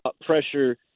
pressure